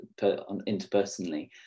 interpersonally